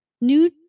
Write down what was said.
new